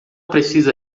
precisa